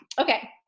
Okay